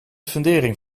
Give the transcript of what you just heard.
fundering